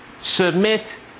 Submit